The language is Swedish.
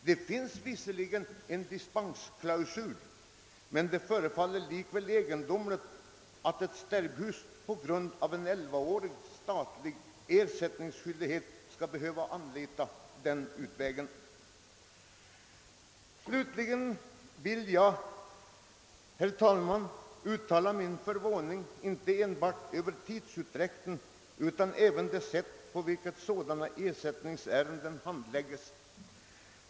Det finns visserligen en dispensklausul, men det förefaller egendomligt att ett sterbhus med hänsyn till att det har en fordran på grund av en elva år gammal statlig ersättningsskyldighet skall behöva tillgripa denna utväg. Slutligen vill jag, herr talman, uttala min förvåning inte enbart över tidsutdräkten utan även över det sätt på vilket ersättningsärenden av detta slag handlägges.